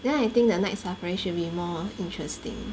then I think the Night Safari should be more interesting